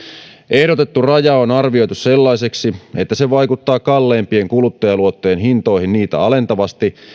ehdotettu raja on arvioitu sellaiseksi että se vaikuttaa kalleimpien kuluttajaluottojen hintoihin niitä alentavasti